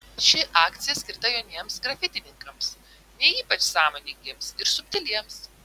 ši akcija skirta jauniems grafitininkams ne ypač sąmoningiems ir subtiliems